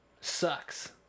Sucks